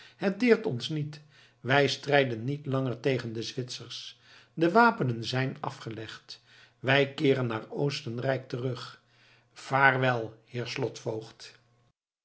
het deert ons niet wij strijden niet langer tegen de zwitsers de wapenen zijn afgelegd wij keeren naar oostenrijk terug vaarwel heer